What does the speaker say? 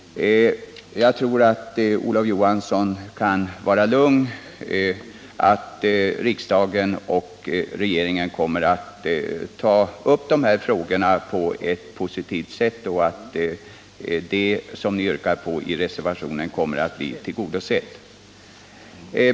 Jag tror alltså att Olof Johansson kan vara lugn för att riksdagen och regeringen kommer att behandla dessa frågor på ett positivt sätt och att det som från centerns sida yrkas i reservationen kommer att bli tillgodosett.